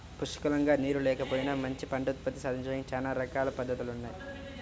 పుష్కలంగా నీరు లేకపోయినా మంచి పంట ఉత్పత్తి సాధించడానికి చానా రకాల పద్దతులున్నయ్